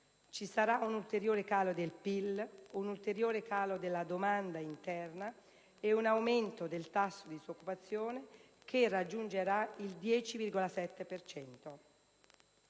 ci sarà un ulteriore calo del PIL, un ulteriore calo della domanda interna e un aumento del tasso di disoccupazione, che raggiungerà il 10,7